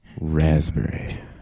Raspberry